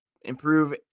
improve